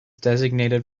designated